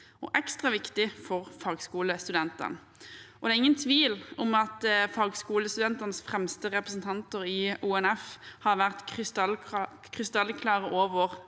og ekstra viktig for fagskolestudentene. Det er ingen tvil om at fagskolestudentenes fremste representanter i ONF, Organisasjon for